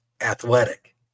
athletic